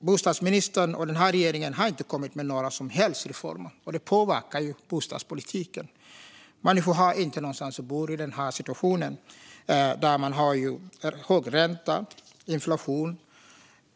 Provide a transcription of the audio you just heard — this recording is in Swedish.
Bostadsministern och regeringen har inte kommit med några som helst reformer, och det påverkar bostadspolitiken. Människor har ingenstans att bo i en situation med hög ränta och inflation.